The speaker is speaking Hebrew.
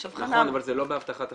נכון, אבל זה לא בהבטחת הכנסה.